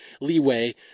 leeway